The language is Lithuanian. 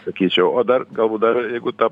sakyčiau o dar galbūt dar jeigu tą